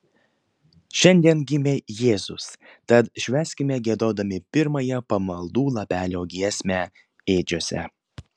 šiandien gimė jėzus tad švęskime giedodami pirmąją pamaldų lapelio giesmę ėdžiose